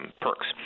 perks